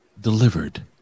delivered